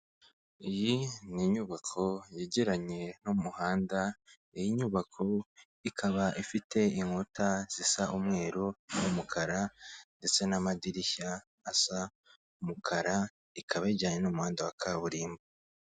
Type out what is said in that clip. Iyi ni inyubako yegeranye n'umuhanda, iyi nyubako ikaba ifite inkuta zisa umweru n'umukara ndetse n'amadirishya asa umukara, ikaba yegeranye n'umuhanda wa kaburimbo.